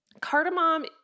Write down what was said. Cardamom